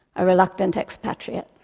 a reluctant expatriate.